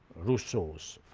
rousseau's